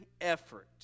effort